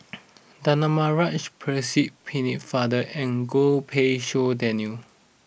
Danaraj Percy Pennefather and Goh Pei Siong Daniel